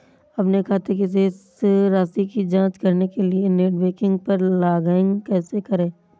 अपने खाते की शेष राशि की जांच करने के लिए नेट बैंकिंग पर लॉगइन कैसे करें?